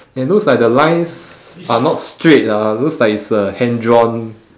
and looks like the lines are not straight ah looks like it's uh hand drawn